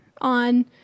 on